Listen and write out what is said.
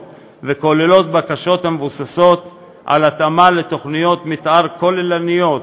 וכוללות בקשות המבוססות על התאמה לתוכניות מתאר כוללניות,